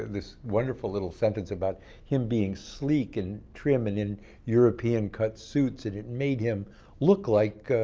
this wonderful little sentence about him being sleek and trim and in european-cut suits, and it made him look like,